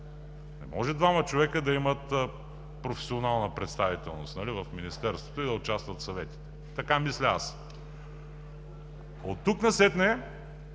Не може двама човека да имат професионална представителност в Министерството и да участват в съветите – така мисля аз. Оттук насетне